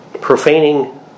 Profaning